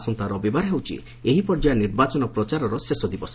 ଆସନ୍ତା ରବିବାର ହେଉଛି ଏହି ପର୍ଯ୍ୟାୟ ନିର୍ବାଚନ ପ୍ରଚାରର ଶେଷ ଦିବସ